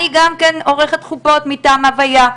אני גם כן עורכת חופות מטעם הויה,